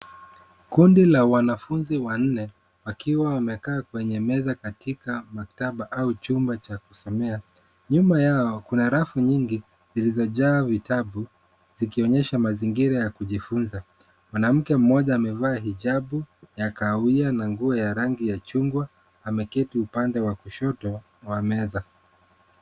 Kundi la wanafunzi wanne wakiwa wamekaa kwenye meza katika maktaba au chumba cha kusomea. Nyuma yao kuna rafu nyingi zilizojaa vitabu zikionyesha mazingira ya kujifunza. Mwanamke mmoja amevaa hijabu ya kahawia na nguo ya rangi ya chungwa ameketi upande wa kushoto wa meza.